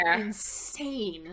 insane